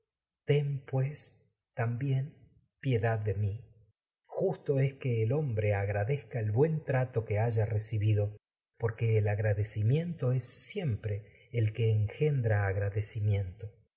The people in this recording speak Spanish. ten bre pues también piedad de mí que justo es que el hom agradezca el buen trato es haya recibido porque el agradecimiento quien se siempre el que engendra